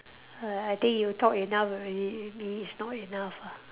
uh I think you talk enough already me it's not enough ah